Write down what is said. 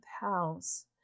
house